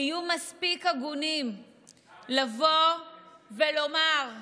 תהיו מספיק הגונים לבוא ולומר די,